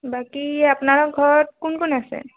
বাকী আপোনালোকৰ ঘৰত কোন কোন আছে